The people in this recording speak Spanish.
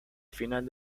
final